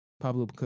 Pablo